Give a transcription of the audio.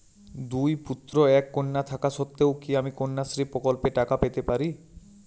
দুই পুত্র এক কন্যা থাকা সত্ত্বেও কি আমি কন্যাশ্রী প্রকল্পে টাকা পেতে পারি?